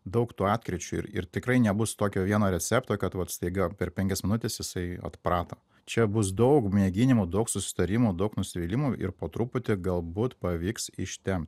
daug tų atkryčių ir ir tikrai nebus tokio vieno recepto kad vat staiga per penkias minutes jisai atprato čia bus daug mėginimų daug susitarimų daug nusivylimų ir po truputį galbūt pavyks ištempt